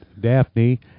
Daphne